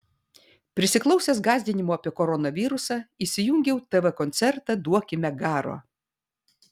prisiklausęs gąsdinimų apie koronavirusą įsijungiau tv koncertą duokime garo